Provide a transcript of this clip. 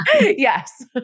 Yes